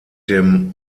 dem